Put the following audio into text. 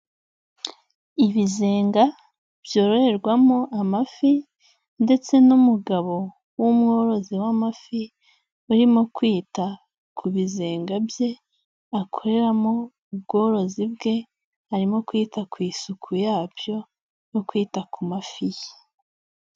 Ibizenga byoroherwamo amafi ndetse n'umugabo w'umworozi w'amafi, urimo kwita ku bizenga bye, akoreramo ubworozi bwe, arimo kwita ku isuku yabyo, no kwita ku mafi ye.